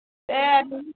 दे